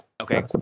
Okay